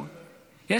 זכרו לברכה.